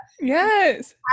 Yes